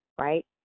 right